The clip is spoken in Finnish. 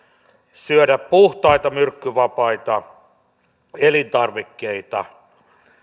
syödä puhtaita myrkkyvapaita elintarvikkeita